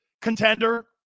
contender